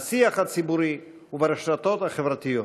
בשיח הציבורי וברשתות החברתיות.